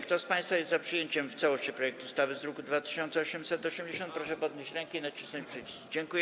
Kto z państwa jest za przyjęciem w całości projektu ustawy z druku nr 2880, proszę podnieść rękę i nacisnąć przycisk.